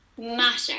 Matter